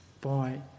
boy